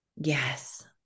Yes